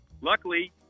luckily